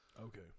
Okay